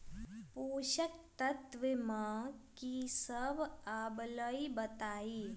पोषक तत्व म की सब आबलई बताई?